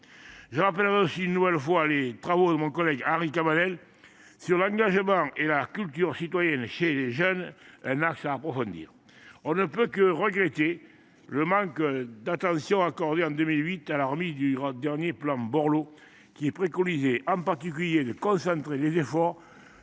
Je rappellerai aussi une nouvelle fois les travaux de mon collègue Henri Cabanel sur l’engagement et la culture citoyenne chez les jeunes ; c’est un axe à approfondir. On ne peut que regretter le manque d’attention accordée en 2018 à la remise du dernier plan Borloo, qui préconisait en particulier de concentrer les efforts